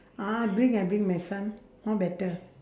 ah I bring I bring my son more better